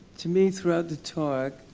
to me, throughout the talk,